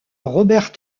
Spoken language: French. robert